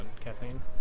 Kathleen